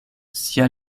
sia